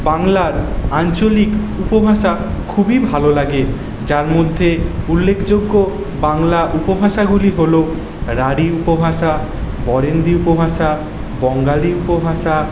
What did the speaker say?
বাংলার আঞ্চলিক উপভাষা খুবই ভালো লাগে যার মধ্যে উল্লেখযোগ্য বাংলা উপভাষাগুলি হলো রাঢ়ী উপভাষা বরেন্দ্রী উপভাষা বঙ্গালী উপভাষা